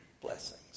blessings